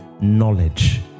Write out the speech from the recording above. knowledge